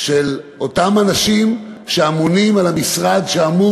של אותם אנשים שאמונים על המשרד שאמור